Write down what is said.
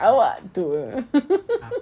awak tua